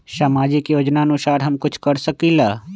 सामाजिक योजनानुसार हम कुछ कर सकील?